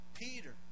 Peter